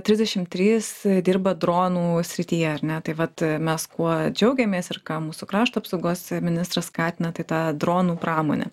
trisdešim trys dirba dronų srityje ar ne tai vat mes kuo džiaugiamės ir ką mūsų krašto apsaugos ministras skatina tai tą dronų pramonę